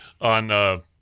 on –